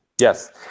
Yes